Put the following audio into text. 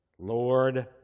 Lord